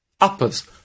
uppers